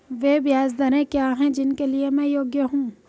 वे ब्याज दरें क्या हैं जिनके लिए मैं योग्य हूँ?